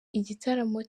igitaramo